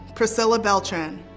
priscilla beltran.